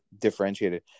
differentiated